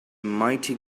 mighty